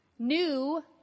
new